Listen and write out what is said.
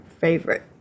favorite